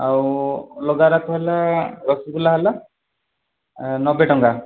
ଆଉ ଅଲଗା ରାକ ହେଲା ରସଗୋଲା ହେଲା ଆ ନବେ ଟଙ୍କା